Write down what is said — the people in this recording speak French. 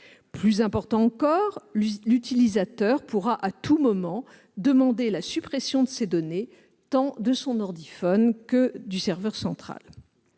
Plus important encore, l'utilisateur pourra à tout moment demander la suppression de ces données tant de son ordiphone que du serveur central.